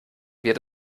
wird